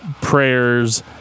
prayers